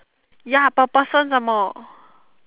ya per person some more